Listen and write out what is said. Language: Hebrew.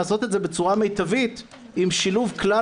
לעשות את זה בצורה מיטבית עם שילוב כלל